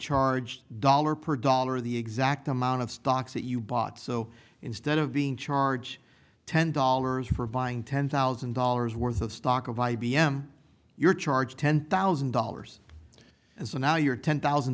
charged dollar per dollar of the exact amount of stocks that you bought so instead of being charge ten dollars for buying ten thousand dollars worth of stock of i b m you're charged ten thousand dollars and so now you're ten thousand